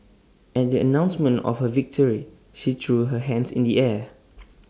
at the announcement of her victory she threw her hands in the air